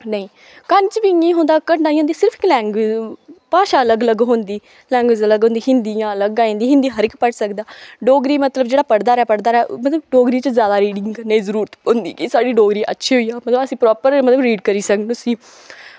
नेईं क्हानी च बी इयां गै होंदा घटना इ'यां होंदी सिर्फ इक लैंग्वेज़ भाशा अलग अलग होंदी लैंग्वेज़ अलग होंदी हिन्दी जियां अलग आई जंदी हिन्दी हर इक पढ़ी सकदा डोगरी मतलब जेह्ड़ा पढ़दा रेहा पढ़दा रेहा मतलब डोगरी च ज्यादा रीडिंग करने दा जरूरत पौंदी कि साढ़ी डोगरी अच्छी होई जा मतलब असी प्रापर मतलब रीड करी सकन उसी